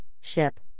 ship